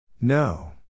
No